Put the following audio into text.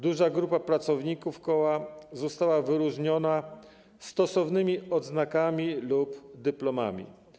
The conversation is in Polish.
Duża grupa pracowników koła została wyróżniona stosownymi odznakami lub dyplomami.